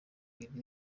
iriko